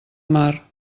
mar